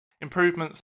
Improvements